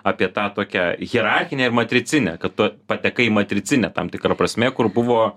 apie tą tokią hierarchinę ir matricinę kad tu patekai į matricinę tam tikra prasme kur buvo